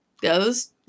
goes